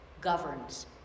governs